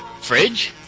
Fridge